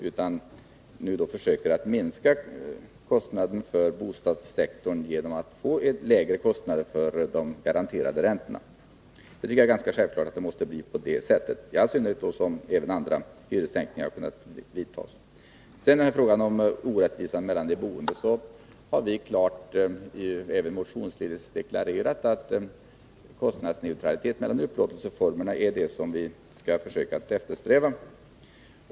I stället försöker man minska kostnaden för bostadssektorn genom att sänka kostnaderna för de garanterade räntorna. Jag tycker det är ganska självklart att det måste bli på det sättet, i all synnerhet som andra hyressänkningar har kunnat genomföras. I fråga om orättvisorna mellan de boende har vi klart deklarerat, även motionsledes, att kostnadsneutralitet mellan upplåtelseformerna är det som vi skall eftersträva.